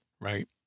right